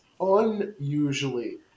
Unusually